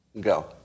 Go